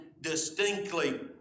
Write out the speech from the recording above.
distinctly